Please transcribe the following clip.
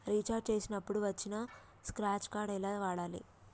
Recharge చేసినప్పుడు వచ్చిన scratch card ఎలా వాడాలి?